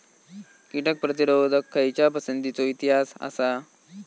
कीटक प्रतिरोधक खयच्या पसंतीचो इतिहास आसा?